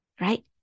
Right